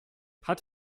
hat